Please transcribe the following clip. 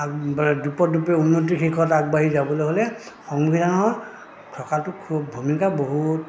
আগব দোপতদোপে উন্নতিৰ পথত আগবাঢ়ি যাবলৈ হ'লে সংবিধানৰ থকাটো খুব ভূমিকা বহুত